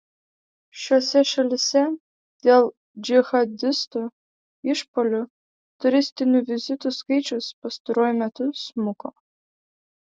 šiose šalyse dėl džihadistų išpuolių turistinių vizitų skaičius pastaruoju metu smuko